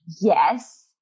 yes